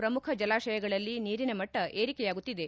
ಪ್ರಮುಖ ಜಲಾಶಯಗಳಲ್ಲಿ ನೀರಿನ ಮಟ್ಟ ಏರಿಕೆಯಾಗುತ್ತಿದೆ